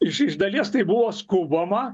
iš iš dalies tai buvo skubama